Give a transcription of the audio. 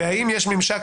האם יש ממשק?